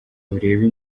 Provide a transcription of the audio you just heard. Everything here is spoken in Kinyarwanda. urebe